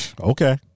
Okay